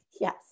Yes